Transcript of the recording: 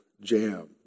jam